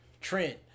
Trent